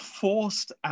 forced